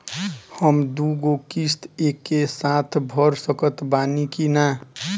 हम दु गो किश्त एके साथ भर सकत बानी की ना?